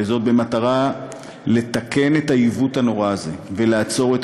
כדי לתקן את העיוות הנורא הזה ולעצור את